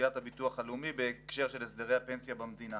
בסוגיית הביטוח הלאומי בהקשר של הסדרי הפנסיה במדינה